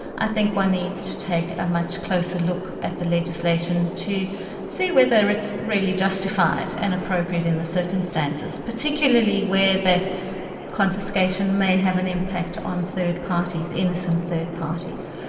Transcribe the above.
i think one needs to take a much closer look at the legislation to see whether it's really justified and appropriate in the circumstances. particularly where that confiscation may have an impact on third parties, innocent third parties.